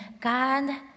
God